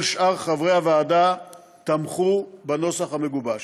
כל שאר חברי הוועדה תמכו בנוסח המגובש.